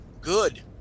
Good